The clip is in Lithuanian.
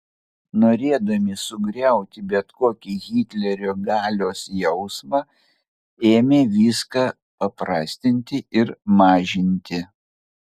norėdami sugriauti bet kokį hitlerio galios jausmą ėmė viską paprastinti ir mažinti